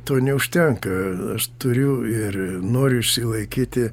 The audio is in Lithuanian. to neužtenka aš turiu ir noriu išsilaikyti